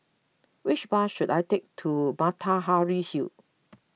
which bus should I take to Matahari Hall